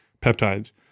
peptides